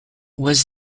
was